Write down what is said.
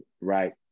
Right